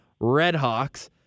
Redhawks